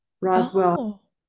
Roswell